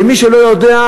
ומי שלא יודע,